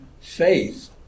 faith